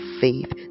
faith